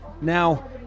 Now